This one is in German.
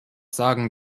sagen